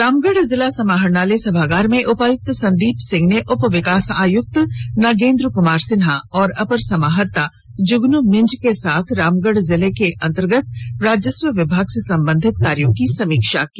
रामगढ़ जिला समाहरणालय सभागार में उपायुक्त संदीप सिंह ने उप विकास आयुक्त नागेंद्र कुमार सिन्हा और अपर समाहर्ता जुगनू मिंज के साथ रामगढ़ जिला अंतर्गत राजस्व विभाग से संबंधित कार्यो की समीक्षा की